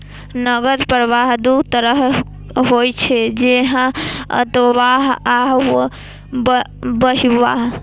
नकद प्रवाह दू तरहक होइ छै, जेना अंतर्वाह आ बहिर्वाह